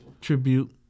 tribute